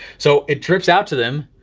so it turns out to them,